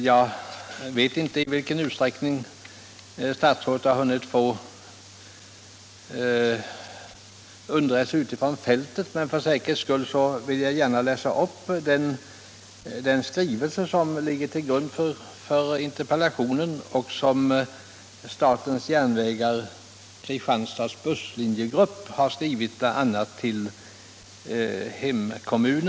Jag vet inte i vilken utsträckning statsrådet har hunnit få underrättelser utifrån fältet, men för säkerhets skull vill jag gärna läsa upp den skrivelse som ligger till grund för interpellationen och som statens järnvägar, Kristianstads busslinjegrupp, har skrivit bl.a. till min hemkommun.